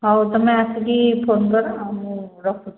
ହଉ ତୁମେ ଆସିକି ଫୋନ୍ କର ମୁଁ ରଖୁଛି